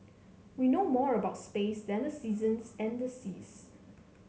we know more about space than the seasons and the seas